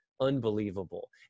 unbelievable